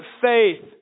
faith